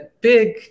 big